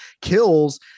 kills